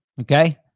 okay